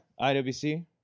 IWC